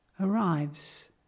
arrives